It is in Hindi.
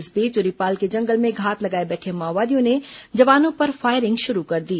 इस बीच उरीपाल के जंगल में घात लगाए बैठे माओवादियों ने जवानों पर फायरिंग शुरू कर दी